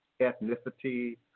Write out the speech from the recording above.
ethnicity